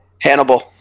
Hannibal